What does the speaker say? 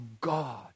God